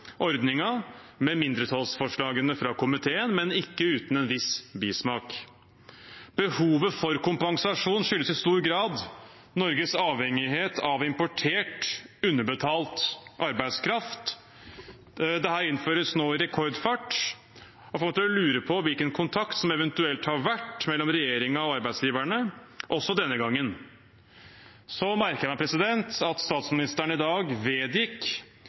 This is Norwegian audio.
med mindretallsforslagene fra komiteen, men ikke uten en viss bismak. Behovet for kompensasjon skyldes i stor grad Norges avhengighet av importert, underbetalt arbeidskraft. Dette innføres nå i rekordfart og får meg til å lure på hvilken kontakt som eventuelt har vært mellom regjeringen og arbeidsgiverne også denne gangen. Jeg merker meg at statsministeren i dag vedgikk